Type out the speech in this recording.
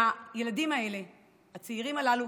הצעירים הללו,